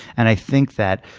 and i think that